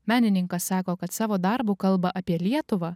menininkas sako kad savo darbu kalba apie lietuvą